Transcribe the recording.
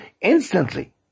instantly